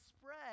spread